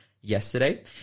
yesterday